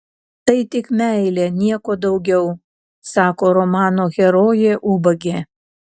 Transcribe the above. tai tik meilė nieko daugiau sako romano herojė ubagė